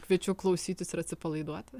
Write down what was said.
kviečiu klausytis ir atsipalaiduoti